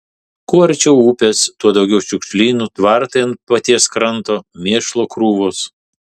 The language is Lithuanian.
kuo arčiau upės tuo daugiau šiukšlynų tvartai ant paties kranto mėšlo krūvos